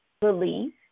belief